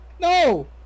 No